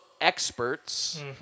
Experts